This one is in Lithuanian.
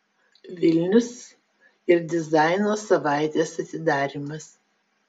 vilnius ir dizaino savaitės atidarymas